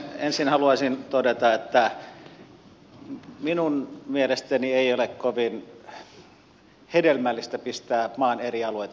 ensin haluaisin todeta että minun mielestäni ei ole kovin hedelmällistä pistää maan eri alueita vastakkain